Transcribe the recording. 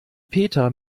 peter